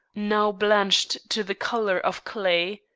now blanched to the color of clay.